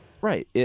Right